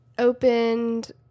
opened